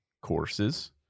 courses